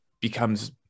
becomes